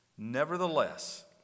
Nevertheless